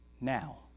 now